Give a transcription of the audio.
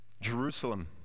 Jerusalem